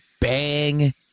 bang